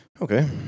Okay